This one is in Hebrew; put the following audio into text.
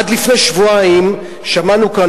עד לפני שבועיים שמענו כאן,